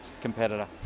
competitor